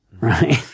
Right